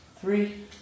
three